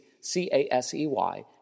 C-A-S-E-Y